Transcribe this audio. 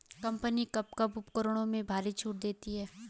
Company कब कब उपकरणों में भारी छूट देती हैं?